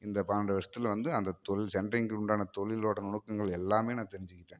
இந்த பன்னெண்டு வருஷத்துல வந்து அந்த தொழில் சென்ட்ரிங்கு உண்டான தொழிலோட நுணுக்கங்கள் எல்லாமே நான் தெரிஞ்சுக்கிட்டேன்